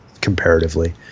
comparatively